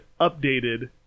updated